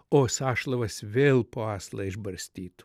o sąšlavas vėl po aslą išbarstytų